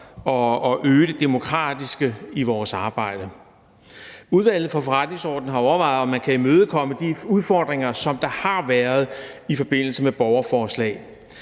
at øge den demokratiske udvikling i vores arbejde. Udvalget for Forretningsordenen har overvejet, om man kan imødekomme de udfordringer, som der har været i forbindelse med borgerforslag.